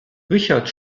richard